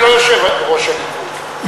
אני לא יושב-ראש הליכוד,